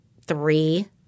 three